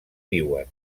viuen